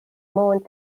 mourned